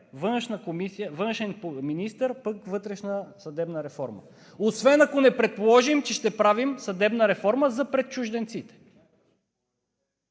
външен министър, пък вътрешна съдебна реформа, освен ако не предположим, че ще правим съдебна реформа за пред чужденците.